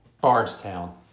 bardstown